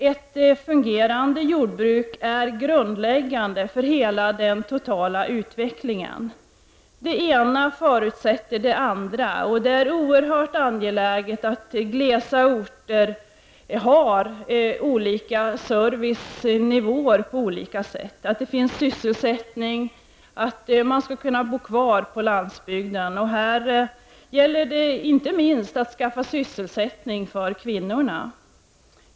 Ett fungerande jordbruk är grundläggande för den totala utvecklingen. Det ena förutsätter det andra, och det är oerhört angeläget att servicen kan upprätthållas även i glesbygderna, att det finns sysselsättning, att människor kan bo kvar på landsbygden. Här gäller det inte minst att skaffa sysselsättning för kvinnorna.